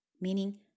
meaning